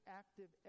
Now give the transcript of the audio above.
active